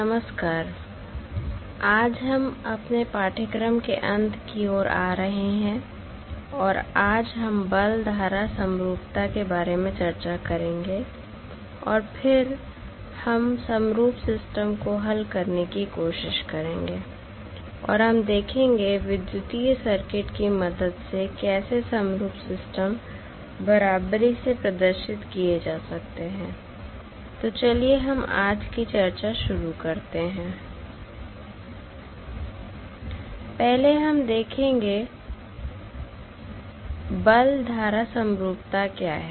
नमस्कार आज हम अपने पाठ्यक्रम के अंत की ओर आ रहे हैं और आज हम बल धारा समरूपता के बारे में चर्चा करेंगे और फिर हम समरूप सिस्टम को हल करने की कोशिश करेंगे और हम देखेंगे विद्युतीय सर्किट की मदद से कैसे समरूप सिस्टम बराबरी से प्रदर्शित किए जा सकते हैं तो चलिए हम आज की चर्चा शुरू करते हैं पहले हम देखेंगे बल धारा समरूपता क्या है